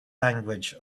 language